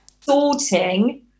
sorting